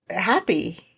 happy